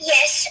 Yes